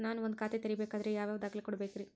ನಾನ ಒಂದ್ ಖಾತೆ ತೆರಿಬೇಕಾದ್ರೆ ಯಾವ್ಯಾವ ದಾಖಲೆ ಕೊಡ್ಬೇಕ್ರಿ?